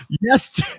Yes